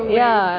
ya